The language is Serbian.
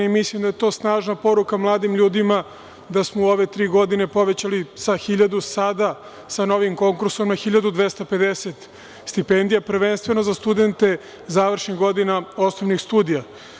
Mislim da je to snažna poruka mladim ljudima, da smo u ove tri godine povećali sa 1000 sada sa novim konkursom na 1250 stipendija, prvenstveno za studente završnih godina osnovnih studija.